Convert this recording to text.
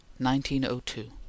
1902